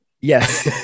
Yes